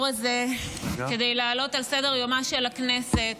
הזה כדי להעלות על סדר-יומה של הכנסת